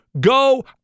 go